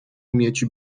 mieć